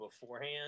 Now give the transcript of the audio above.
beforehand